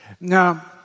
Now